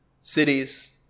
cities